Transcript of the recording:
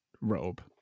robe